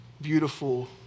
beautiful